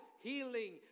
healing